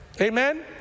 amen